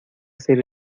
ser